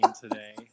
today